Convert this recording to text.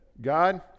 God